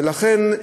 ולכן,